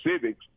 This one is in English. civics